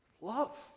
love